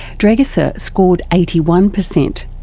dragica so scored eighty one percent.